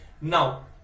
now